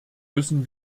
müssen